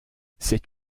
c’est